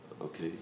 Okay